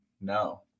No